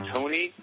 Tony